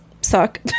suck